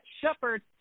Shepard